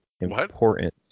important